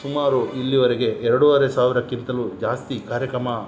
ಸುಮಾರು ಇಲ್ಲಿವರೆಗೆ ಎರಡುವರೆ ಸಾವಿರಕ್ಕಿಂತಲೂ ಜಾಸ್ತಿ ಕಾರ್ಯಕ್ರಮ